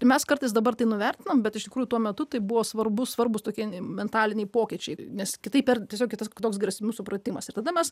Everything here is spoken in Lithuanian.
ir mes kartais dabar tai nuvertiname bet iš tikrųjų tuo metu tai buvo svarbus svarbūs tokie mentaliniai pokyčiai nes kitaip per tiesiog kitas toks grėsmių supratimas ir tada mes